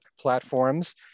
platforms